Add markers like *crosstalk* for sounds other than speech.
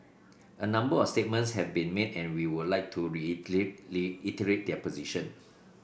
a number of statements have been made and we would like to *unintelligible* reiterate their position